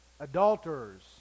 adulterers